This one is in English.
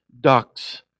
ducks